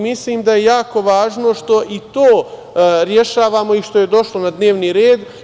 Mislim da je jako važno što i to rešavamo i što je došlo na dnevni red.